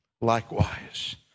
likewise